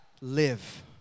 live